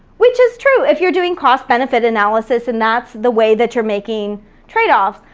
which is true. if you're doing cost benefit analysis and that's the way that you're making trade-offs,